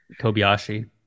Kobayashi